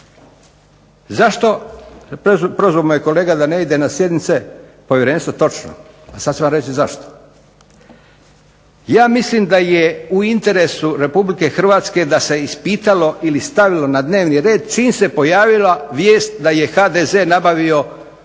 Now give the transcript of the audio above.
Zašto, prozvao me je kolega da ne idem na sjednice povjerenstva. Točno, a sad ću vam reći i zašto. Ja mislim da je u interesu RH da se ispitalo ili stavilo na dnevni red čim se pojavila vijest da je HDZ nabavio ovaj BMW, to